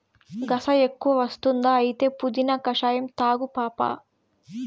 గస ఎక్కువ వస్తుందా అయితే పుదీనా కషాయం తాగు పాపా